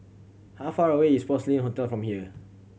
how far away is Porcelain Hotel from here